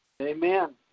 amen